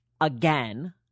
again